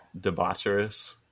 debaucherous